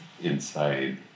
inside